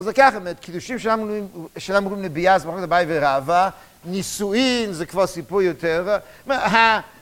אז זה ככה, קידושים שלא אמורים לביאה זה מחלוקת אביי ורבא, נישואין זה כבר סיפור יותר.